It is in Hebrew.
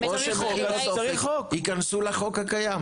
או שייכנסו לחוק הקיים,